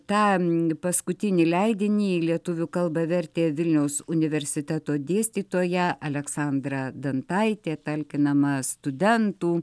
tą paskutinį leidinį į lietuvių kalbą vertė vilniaus universiteto dėstytoja aleksandra dantaitė talkinama studentų